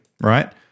right